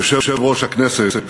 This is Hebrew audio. יושב-ראש הכנסת